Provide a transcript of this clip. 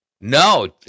no